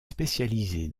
spécialisée